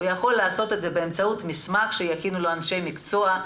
הוא יכול לעשות את זה באמצעות מסמך שיכינו לו אנשי מקצוע,